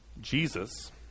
Jesus